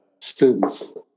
students